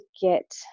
get